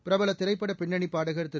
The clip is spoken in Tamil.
பிரபல திரைப்பட பின்னணிப் பாடகர் திரு